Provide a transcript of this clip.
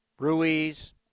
Ruiz